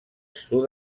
sud